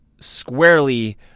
squarely